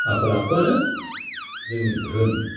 आखल आखुवानो जोंनि दोहोन